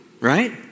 right